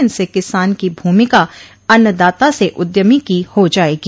इनसे किसान की भूमिका अन्नदाता से उद्यमी की हो जाएगी